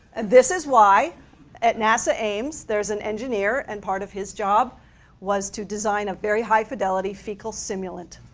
this is why at nasa ames, there is an engineer and part of his job was to design a very high fidelity fecal simulant.